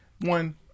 One